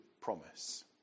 promise